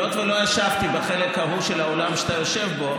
היות שלא ישבתי בחלק ההוא של האולם שאתה יושב בו,